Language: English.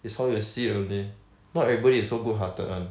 it's how you see it only not everybody is so good hearted one